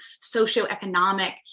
socioeconomic